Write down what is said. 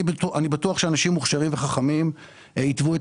אני בטוח שאנשים מוכשרים וחכמים היתוו את